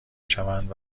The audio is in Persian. شوند